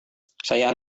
saya